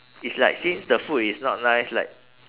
it's like since the food is not nice like